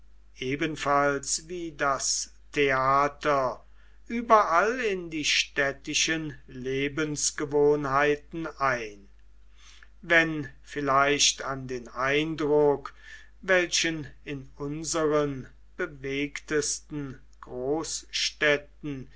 ebenfalls wie das theater überall in die städtischen lebensgewohnheiten ein wenn vielleicht an den eindruck welchen in unseren bewegtesten großstädten